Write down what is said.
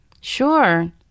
Sure